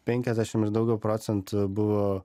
penkiasdešim ir daugiau procentų buvo